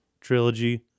trilogy